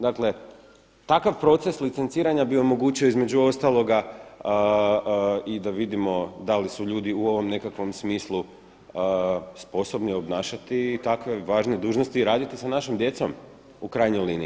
Dakle, takav proces licenciranja bi omogućio između ostaloga i da vidimo da li su ljudi u ovom nekakvom smislu sposobni obnašati takve važne dužnosti i raditi sa našom djecom u krajnjoj liniji.